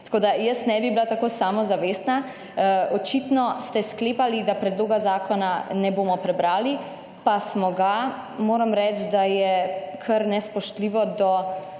Tako, da jaz ne bi bila tako samozavestna. Očitno ste sklepali, da predloga zakona ne bomo prebrali, pa smo ga. Moram reči, da je kar nespoštljivo do